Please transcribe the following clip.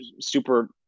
super